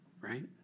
right